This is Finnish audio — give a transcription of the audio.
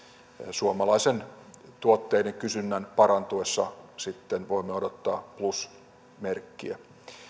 suomalaisten tuotteiden kysynnän parantuessa sitten voimme odottaa plusmerkkiä